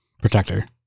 protector